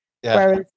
whereas